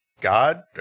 God